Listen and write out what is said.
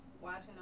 watching